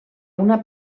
una